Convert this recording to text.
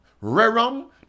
rerum